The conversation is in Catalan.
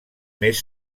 més